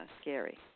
scary